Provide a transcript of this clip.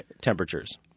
temperatures